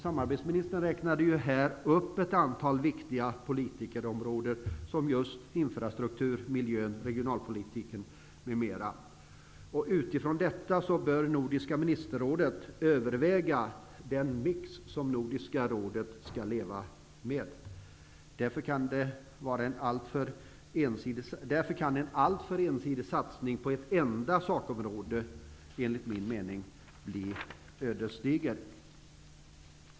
Samarbetsministern räknade här upp ett antal viktiga politikerområden som just infrastrukturen, miljön, regionalpolitiken m.m. Utifrån detta bör Nordiska ministerrådet överväga vilken mix som Nordiska rådet skall leva med. En alltför ensidig satsning på ett enda sakområde kan enligt min mening bli ödesdiger.